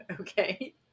Okay